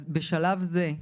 אז בשלב זה,